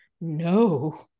No